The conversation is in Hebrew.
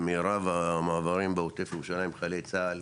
במירב המעברים בעוטף ירושלים חיילי צה"ל,